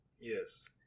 Yes